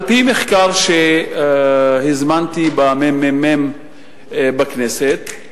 על-פי מחקר שהזמנתי בממ"מ בכנסת,